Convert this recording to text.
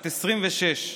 בת 26,